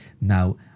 Now